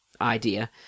idea